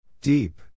Deep